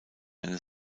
eine